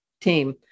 team